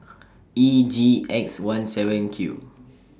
E G X one seven Q